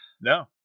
No